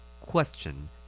question